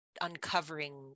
uncovering